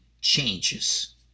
changes